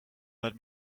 let